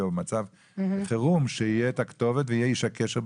או של חירום שלעירייה יהיו את הכתובת ואת איש הקשר.